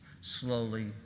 Slowly